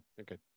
okay